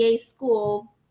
school